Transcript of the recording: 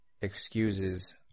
excuses